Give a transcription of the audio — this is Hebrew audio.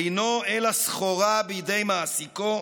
אינו אלא סחורה בידי מעסיקו,